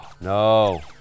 No